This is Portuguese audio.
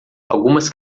algumas